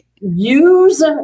use